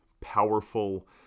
powerful